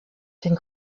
den